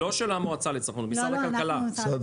לא של המועצה לצרכנות, משרד הכלכלה.